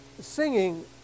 singing